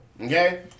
Okay